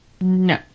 No